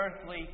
earthly